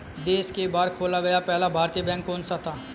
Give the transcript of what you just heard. देश के बाहर खोला गया पहला भारतीय बैंक कौन सा था?